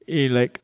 A like